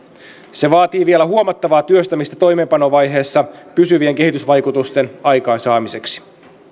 se vaatii vielä huomattavaa työstämistä toimeenpanovaiheessa pysyvien kehitysvaikutusten aikaansaamiseksi